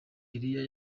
eliya